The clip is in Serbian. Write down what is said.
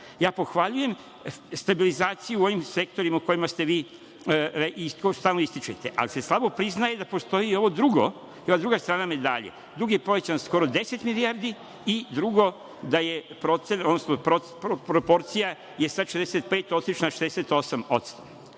Ja pohvaljujem stabilizaciju u ovim sektorima koje stalno ističete, ali se slabo priznaje da postoji i ova druga strana medalje. Dug je povećan skoro 10 milijardi i, drugo, proporcija je sa 65 otišla na